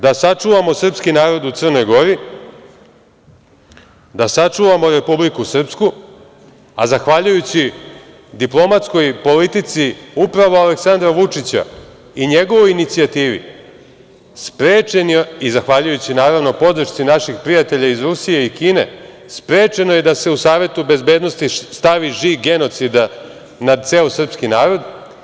Da sačuvamo srpski narod u Crnoj Gori, da sačuvamo Republiku Srpsku, a zahvaljujući diplomatskoj politici upravo Aleksandra Vučića i njegovoj inicijativi i naravno, zahvaljujući podršci naših prijatelja iz Rusije i Kine, sprečeno je da se u Savetu bezbednosti stavi žig genocida nad ceo srpski narod.